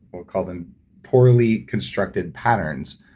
we'll call them poorly constructed patterns,